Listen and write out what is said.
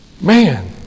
man